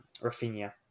Rafinha